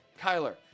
Kyler